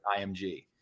IMG